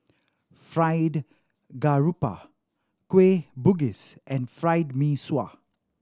Fried Garoupa Kueh Bugis and Fried Mee Sua